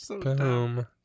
Boom